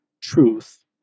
truth